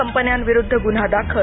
कंपन्यांविरुद्ध गुन्हा दाखल